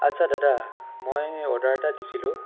আচ্ছা দাদা মই অৰ্ডাৰ এটা দিছিলোঁ